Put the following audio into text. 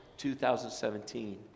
2017